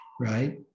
right